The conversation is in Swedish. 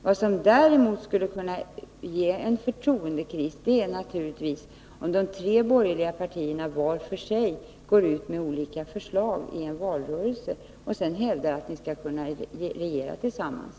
Vad som däremot skulle kunna ge upphov till en förtroendekris är naturligtvis om de tre borgerliga partierna går ut med olika förslag i en valrörelse och sedan hävdar att de skall kunna regera tillsammans.